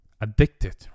addicted